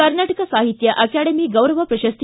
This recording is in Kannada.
ಕರ್ನಾಟಕ ಸಾಹಿತ್ಯ ಅಕಾಡೆಮಿ ಗೌರವ ಪ್ರಶಸ್ತಿ